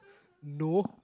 no